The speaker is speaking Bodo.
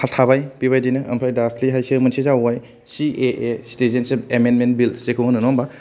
फार्थ थाबाय बे बाइदिनो आमफ्राय दाख्लिहायसो मोनसे जाबाव बाय C A A citizenship amendment bills जायखौ होनो नङा होनबा